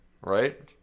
right